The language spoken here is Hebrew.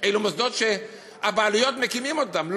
אלו מוסדות שהבעלויות מקימות אותם,